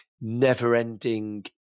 never-ending